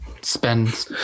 spend